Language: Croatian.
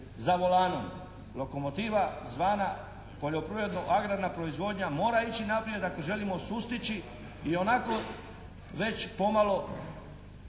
za volanom. Lokomotiva zvana poljoprivredno-agrarna proizvodnja mora ići naprijed ako želimo sustići ionako već pomalo